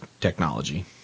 technology